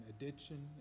addiction